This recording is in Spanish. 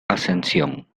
ascensión